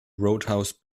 roadhouse